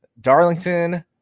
darlington